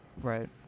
Right